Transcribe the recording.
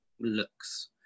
looks